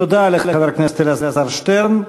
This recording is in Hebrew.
תודה לחבר הכנסת אלעזר שטרן.